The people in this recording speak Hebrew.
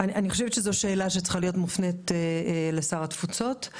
אני חושבת שזו שאלה שצריכה להיות מופנית לשר התפוצות.